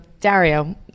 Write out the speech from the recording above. Dario